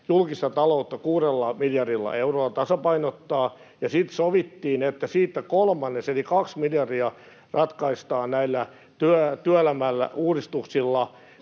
julkista taloutta kuudella miljardilla eurolla, ja sitten sovittiin, että siitä kolmannes eli kaksi miljardia ratkaistaan näillä työelämän uudistuksilla,